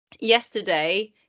Yesterday